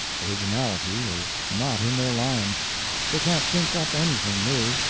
originality is not in their line they can't think up anything new,